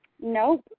Nope